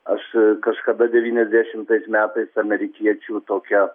aš kažkada devyniasdešimtais metais amerikiečių tokią